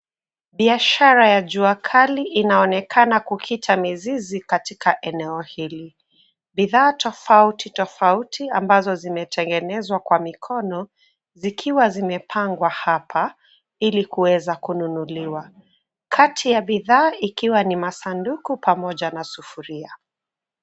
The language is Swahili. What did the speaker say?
Biashara ya jua kali inaonekana kukita mizizi katika eneo hili. Bidhaa tofautitofauti ambazo zimetengenezwa kwa mikono zikiwa zimepangwa hapa ili kuweza kununuliwa. Kati ya bidhaa ikiwa ni masanduku pamoja na sufuria.